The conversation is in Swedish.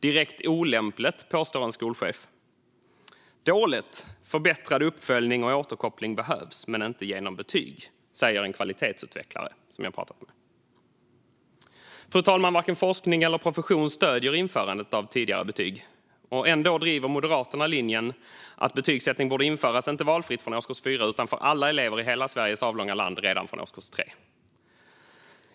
"Direkt olämpligt", påstår en skolchef. "Dåligt! Förbättrad uppföljning och återkoppling behövs, men inte genom betyg", säger en kvalitetsutvecklare som jag pratat med. Fru talman! Varken forskning eller profession stöder införandet av tidiga betyg. Ändå driver Moderaterna linjen att betygsättning borde införas, inte valfritt från årskurs 4 utan för alla elever i hela Sveriges avlånga land redan från årskurs 3.